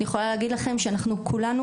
אני יכולה להגיד לך שאנחנו כולנו,